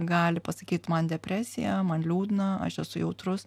gali pasakyt man depresija man liūdna aš esu jautrus